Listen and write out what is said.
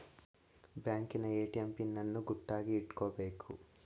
ಬ್ಯಾಂಕಿನ ATM PIN ಅನ್ನು ಗುಟ್ಟಾಗಿ ಇಟ್ಕೊಬೇಕು